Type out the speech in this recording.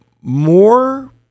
more